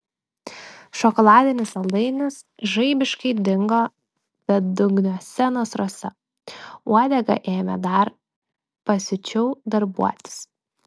šokoladinis saldainis žaibiškai dingo bedugniuose nasruose uodega ėmė dar pasiučiau darbuotis